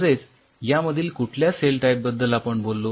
तसेच या मधील कुठल्या सेल टाईप बद्दल आपण बोललो